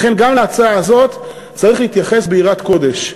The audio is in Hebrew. לכן, גם להצעה הזאת צריך להתייחס ביראת קודש,